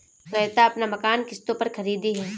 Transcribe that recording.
श्वेता अपना मकान किश्तों पर खरीदी है